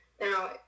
Now